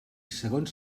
segons